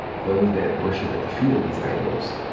those that worship at the feet of these idols,